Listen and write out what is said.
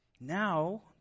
Now